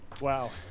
Wow